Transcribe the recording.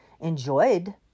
enjoyed